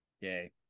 Yay